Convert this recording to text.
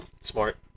Smart